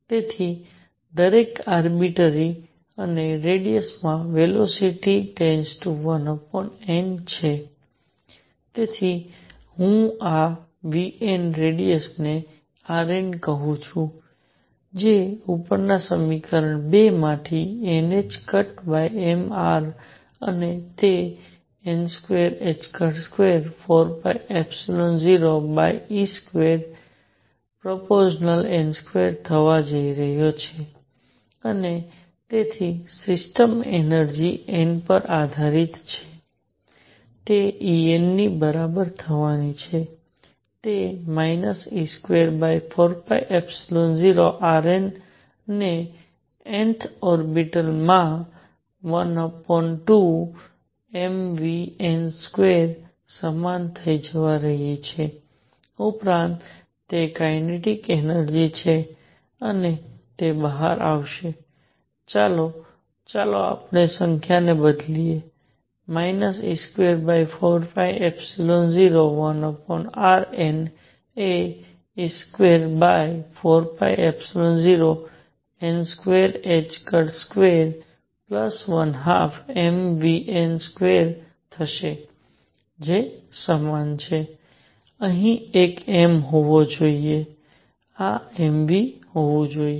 તેથી દરેક આરબીટ્ર્રરી અને રેડિયસ માં વેલોસીટી 1n છે તેથી હું આ vn રેડિયસને rn કહું છું જે ઉપરના સમીકરણ 2 માંથી nℏmr અને તે n224π0e2n2 થવા જઈ રહ્યો છે અને તેથી સિસ્ટમની એનર્જિ n પર આધારિત છે તે En ની બરાબર થવાની છે તે e24π0rn ને nth ઓર્બિટલમાં 12mvn2 સમાન થવા જઈ રહી છે ઉપરાંત તે કાઇનેટિક એનર્જિ છે અને તે બહાર આવશે ચાલો ચાલો સંખ્યાઓને બદલીએ e24π0 1rn એ e24π0n2212mvn2 થશે જે સમાન છે અહીં એક m હોવો જોઈએ આ m v હોવું જોઈએ